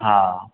हा